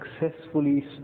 successfully